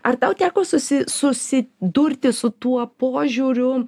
ar tau teko susi susidurti su tuo požiūriu